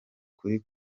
kuri